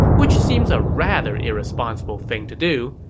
which seems a rather irresponsible thing to do,